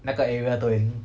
那个 area 都已经